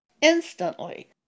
Instantly